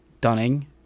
dunning